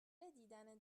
دیدن